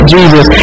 Jesus